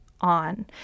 on